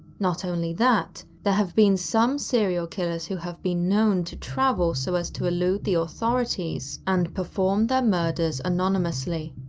not only that, there have been some serial killers who have been known to travel so as to elude the authorities and perform their murders anonymously.